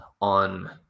on